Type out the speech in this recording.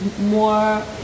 more